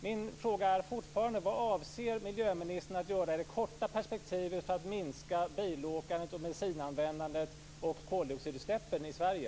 Min fråga är fortfarande: Vad avser miljöministern att göra i det korta perspektivet för att minska bilåkandet, bensinanvändandet och koldioxidutsläppen i Sverige?